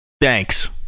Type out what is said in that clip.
Thanks